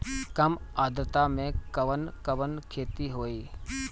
कम आद्रता में कवन कवन खेती होई?